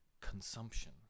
consumption